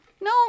No